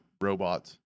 robots